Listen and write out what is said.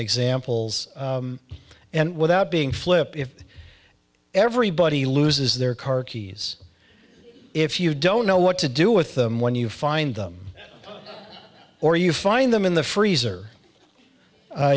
examples and without being flip if everybody loses their car keys if you don't know what to do with them when you find them or you find them in the freezer